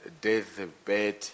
deathbed